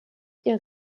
ihr